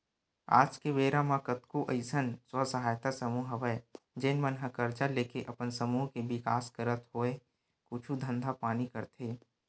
आज के बेरा म कतको अइसन स्व सहायता समूह हवय जेन मन ह करजा लेके अपन समूह के बिकास करत होय कुछु धंधा पानी करथे